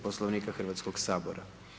Poslovnika Hrvatskog sabora.